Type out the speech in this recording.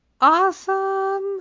awesome